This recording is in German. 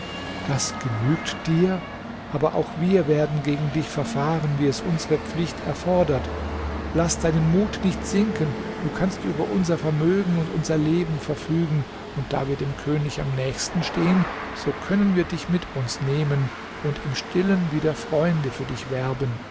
das genügt dir aber auch wir werden gegen dich verfahren wie es unsere pflicht erfordert laß deinen mut nicht sinken du kannst über unser vermögen und unser leben verfügen und da wir dem könig am nächsten stehen so können wir dich mit uns nehmen und im stillen wieder freunde für dich werben